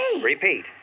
Repeat